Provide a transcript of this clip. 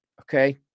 Okay